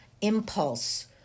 impulse